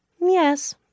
yes